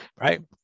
right